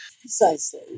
precisely